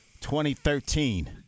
2013